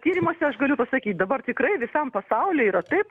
tyrimuose aš galiu pasakyt dabar tikrai visam pasauly yra taip